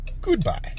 goodbye